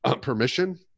permission